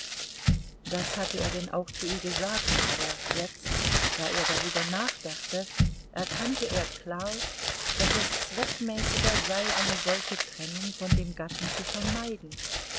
das hatte er denn auch zu ihr gesagt aber jetzt da er darüber nachdachte erkannte er klar daß es zweckmäßiger sei eine solche trennung von dem gatten zu vermeiden